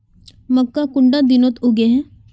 मक्का कुंडा दिनोत उगैहे?